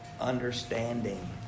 understanding